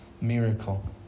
miracle